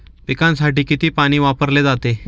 पिकांसाठी किती पाणी वापरले जाते?